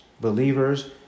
Believers